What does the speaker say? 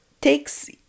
takes